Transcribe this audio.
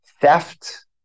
theft